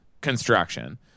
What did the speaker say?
construction